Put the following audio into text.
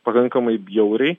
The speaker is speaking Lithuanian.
pakankamai bjauriai